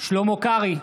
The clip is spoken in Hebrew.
שלמה קרעי,